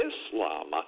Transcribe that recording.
Islam